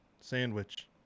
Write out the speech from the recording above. sandwich